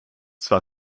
zwar